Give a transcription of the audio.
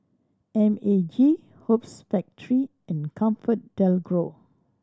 M A G Hoops Factory and ComfortDelGro